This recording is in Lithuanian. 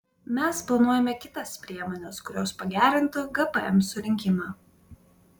mes planuojame kitas priemones kurios pagerintų gpm surinkimą